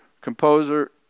composer